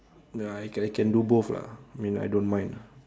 no I can I can do both lah mean I don't mind lah